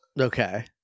Okay